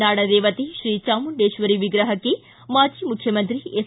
ನಾಡ ದೇವತೆ ಶ್ರೀ ಚಾಮುಂಡೇಶ್ವರಿ ವಿಗ್ರಹಕ್ಕೆ ಮಾಜಿ ಮುಖ್ವಮಂತ್ರಿ ಎಸ್